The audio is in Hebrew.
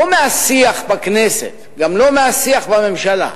לא מהשיח בכנסת, גם לא מהשיח בממשלה,